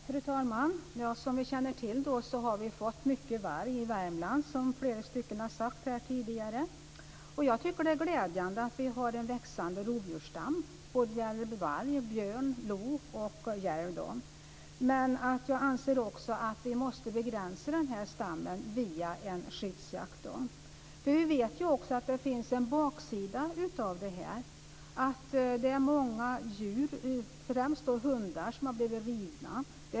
Fru talman! Som vi känner till finns det mycket varg i Värmland. Det är glädjande att vi har en växande rovdjursstam, både varg, björn, lo och järv. Men jag anser att vi måste begränsa stammen via en skyddsjakt. Vi vet ju att det också finns en baksida. Det är många djur, främst hundar, som har blivit rivna.